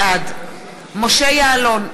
בעד משה יעלון,